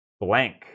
Blank